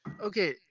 Okay